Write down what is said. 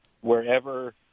wherever